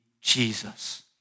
Jesus